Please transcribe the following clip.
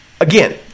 again